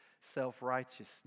self-righteousness